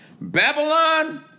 Babylon